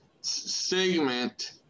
segment